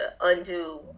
undo